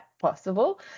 possible